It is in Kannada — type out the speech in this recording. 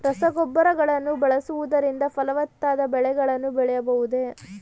ರಸಗೊಬ್ಬರಗಳನ್ನು ಬಳಸುವುದರಿಂದ ಫಲವತ್ತಾದ ಬೆಳೆಗಳನ್ನು ಬೆಳೆಯಬಹುದೇ?